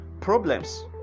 problems